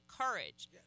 courage